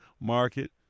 market